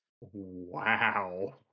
Wow